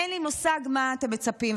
אין לי מושג למה אתם מצפים,